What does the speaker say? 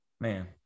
Man